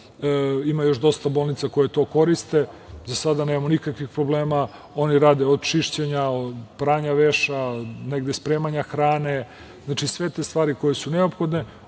Ima još dosta bolnica koje to koriste. Za sada nemamo nikakvih problema. Oni rade od čišćenja, pranja veša, negde spremanja hrane, znači, sve te stvari koje su neophodne.